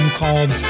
called